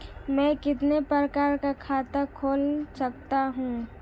मैं कितने प्रकार का खाता खोल सकता हूँ?